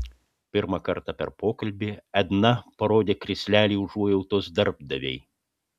pirmą kartą per pokalbį edna parodė krislelį užuojautos darbdavei